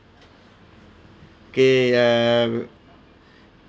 okay ah